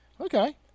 Okay